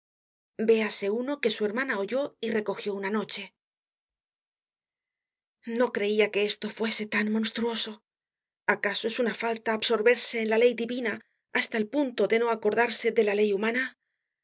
véase uno que su hermana oyó y recogió una noche no creia que esto fuese tan monstruoso acaso es una falta absorberse en la ley divina hasta el punto de no acordarse de la ley humana